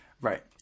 right